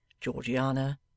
georgiana